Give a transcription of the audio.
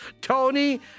Tony